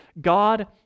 God